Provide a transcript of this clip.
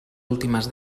últimes